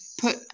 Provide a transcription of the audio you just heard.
put